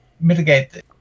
mitigate